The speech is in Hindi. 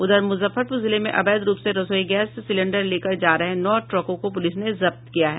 उधर मुजफ्फरपुर जिले में अवैध रूप से रसोई गैस सिलिंडर लेकर जा रहे नौ ट्रकों को पुलिस ने जब्त किया है